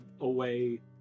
away